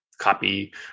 copy